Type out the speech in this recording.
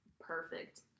perfect